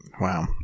Wow